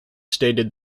stated